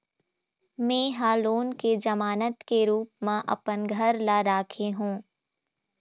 में ह लोन के जमानत के रूप म अपन घर ला राखे हों